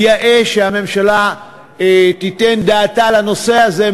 יאה שהממשלה תיתן דעתה על הנושא הזה,